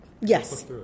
yes